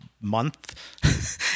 month